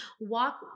walk